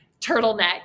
turtleneck